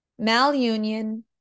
malunion